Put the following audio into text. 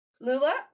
Lula